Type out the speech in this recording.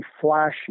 flashy